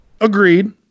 Agreed